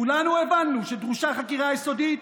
כולנו הבנו שדרושה חקירה יסודית,